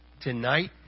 tonight